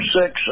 six